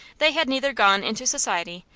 they had neither gone into society,